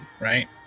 right